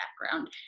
background